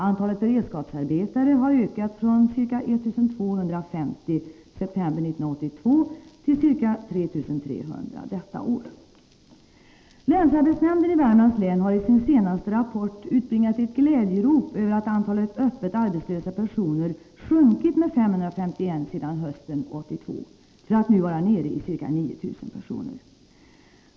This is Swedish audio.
Antalet beredskapsarbetare har ökat från ca 1 250 i september 1982 till ca 3 300 detta år. Länsarbetsnämnden i Värmlands län har i sin senaste rapport utbringat ett glädjerop över att antalet öppet arbetslösa personer sjunkit med 551 sedan hösten 1982 för att nu vara nere i ca 9 000 personer.